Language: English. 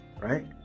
right